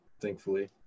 thankfully